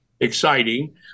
exciting